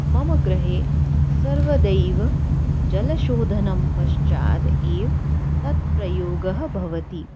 मम गृहे सर्वदैव जलशोधनं पश्चाद् एव तत् प्रयोगः भवति